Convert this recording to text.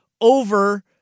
over